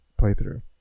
playthrough